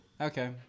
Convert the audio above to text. Okay